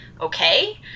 okay